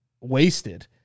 wasted